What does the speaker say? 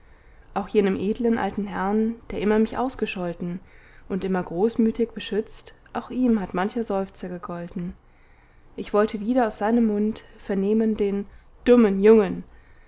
auch jenem edlen alten herrn der immer mich ausgescholten und immer großmütig beschützt auch ihm hat mancher seufzer gegolten ich wollte wieder aus seinem mund vernehmen den dummen jungen